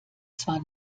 zwar